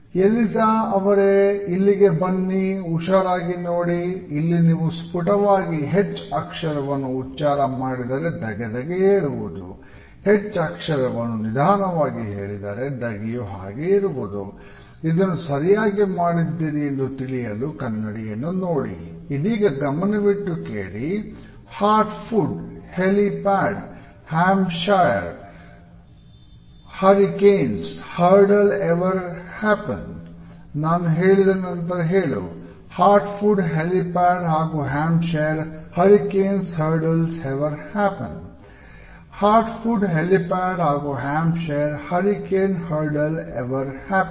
ಎಲಿಝ Hertford helipad ಹಾಗು Hampshire hurricanes hardly ever happen